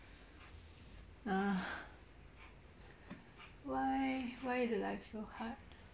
ugh why why the life so hard